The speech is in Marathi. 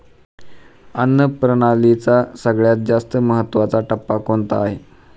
अन्न प्रणालीचा सगळ्यात जास्त महत्वाचा टप्पा कोणता आहे?